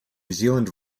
zealand